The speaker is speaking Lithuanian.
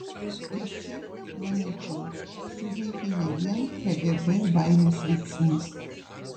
ir čia manyčiau suveikė ne vien kgb baimės veiksnys